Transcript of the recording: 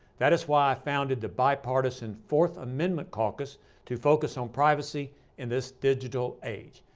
that is why i founded the bipartisan fourth amendment caucus to focus on privacy in this digital age.